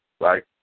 right